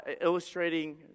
illustrating